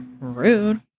rude